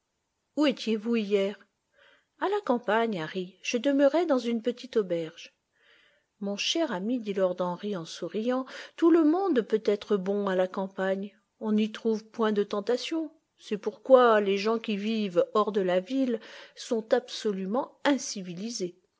où étiez-vous hier a la campagne harry je demeurais dans une petite auberge mon cher ami dit lord henry en souriant tout le monde peut être bon à la campagne on n'y trouve point de tentations c'est pourquoi les gens qui vivent hors de la ville sont absolument incivilisés